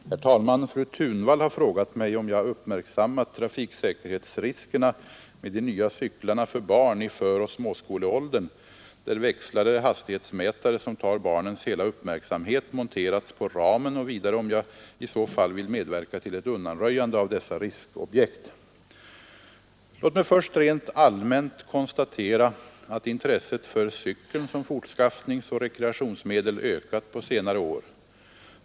Herr talman! Fru Thunvall har frågat mig om jag uppmärksammat trafiksäkerhetsriskerna med de nya cyklarna för barn i föroch småskoleåldern där växlar eller hastighetsmätare, som tar barnens hela uppmärksamhet, monterats på ramen och vidare om jag i så fall vill medverka till ett undanröjande av dessa riskobjekt. Låt mig först rent allmänt konstatera att intresset för cykeln som fortskaffningsoch rekreationsmedel ökat på senare år.